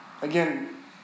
Again